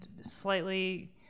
slightly